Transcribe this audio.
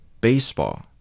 Baseball